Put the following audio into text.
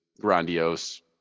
grandiose